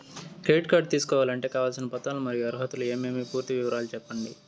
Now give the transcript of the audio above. Credit card తీసుకోవాలంటే కావాల్సిన పత్రాలు మరియు అర్హతలు ఏమేమి పూర్తి వివరాలు సెప్పండి?